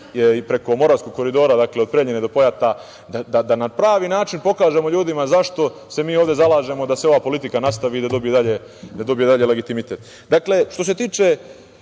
preko Moravskog koridora, od Preljina do Pojata, da na pravi način pokažemo ljudima zašto se mi ovde zalažemo da se ova politika nastavi i da dobije dalji legitimitet. Takođe, moram da